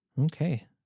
Okay